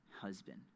husband